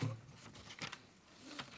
היקר ולאימא